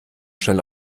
schnell